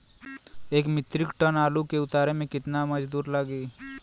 एक metric ton आलू के उतारे मे कितना मजदूर लागि?